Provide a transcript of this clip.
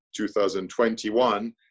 2021